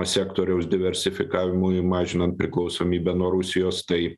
sektoriaus diversifikavimui mažinant priklausomybę nuo rusijos tai